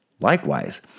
Likewise